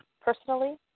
personally